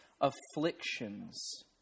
afflictions